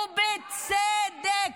ובצדק,